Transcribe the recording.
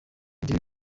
ibyo